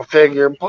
Figure